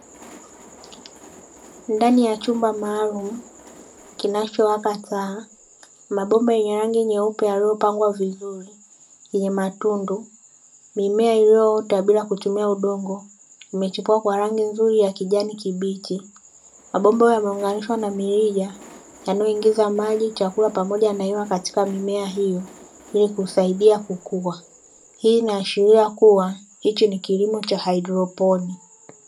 Ndani ya chumba maalum, kinachowaka taa, mabomba yenye rangi nyeupe yaliyopangwa vizuri, yenye matundu. Mimea inayokua bila kutumia udongo, imechukua kwa rangi nzuri ya kijani kibichi. Mabomba yameunganishwa na miyia, inayoingiza maji, chakula pamoja na hewa katika mimea hiyo, ili kusaidia kukua. Hii inashuhudia kuwa hichi ni kilimo cha haidroponi.